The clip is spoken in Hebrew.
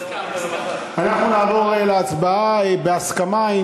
אנחנו נעבור להצבעה, בהסכמה.